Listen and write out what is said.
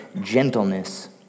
gentleness